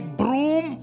broom